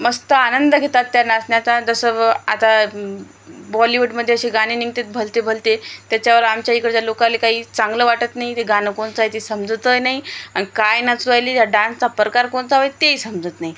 मस्त आनंद घेतात या नाचण्याचा जसं आता बॉलीवूडमध्ये असे गाणे निघतात भलते भलते त्याच्यावर आमच्या इकडच्या लोकाले काही चांगलं वाटत नाही ते गाणं कोणचं आहे ते समजतं आहे नाही आणि काय नाचवायले त्या डान्सचा प्रकार कोणता आहे तेही समजत नाही